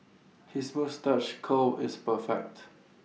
his moustache curl is perfect